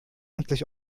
endlich